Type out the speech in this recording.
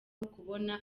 kubona